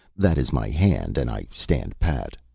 that is my hand, and i stand pat.